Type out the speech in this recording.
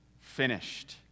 finished